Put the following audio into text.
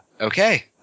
Okay